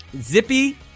Zippy